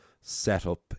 setup